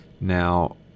Now